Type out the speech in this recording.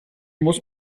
muss